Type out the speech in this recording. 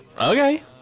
Okay